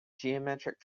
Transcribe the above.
geometric